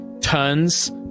turns